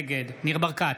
נגד ניר ברקת,